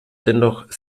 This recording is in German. dennoch